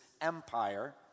empire